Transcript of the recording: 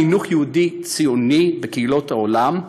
חינוך יהודי ציוני בקהילות העולם,